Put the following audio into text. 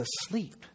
asleep